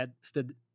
stood